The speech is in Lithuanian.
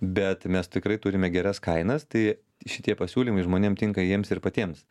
bet mes tikrai turime geras kainas tai šitie pasiūlymai žmonėm tinka jiems ir patiems